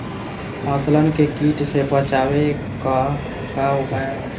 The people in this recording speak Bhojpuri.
फसलन के कीट से बचावे क का उपाय है?